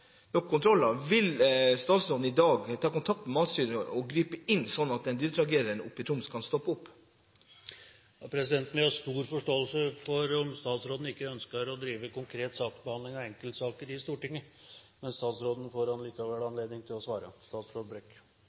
kontroller, vil statsråden i dag gripe inn og ta kontakt med Mattilsynet, slik at dyretragedien oppe i Troms kan stoppe? Presidenten vil ha stor forståelse for om statsråden ikke ønsker å drive konkret saksbehandling av enkeltsaker i Stortinget, men statsråden får allikevel anledning til å svare.